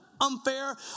unfair